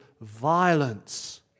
violence